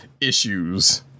issues